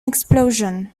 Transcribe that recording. explosion